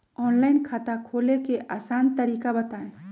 Online खाता खोले के आसान तरीका बताए?